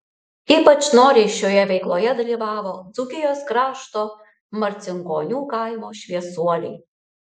ypač noriai šioje veikloje dalyvavo dzūkijos krašto marcinkonių kaimo šviesuoliai